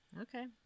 Okay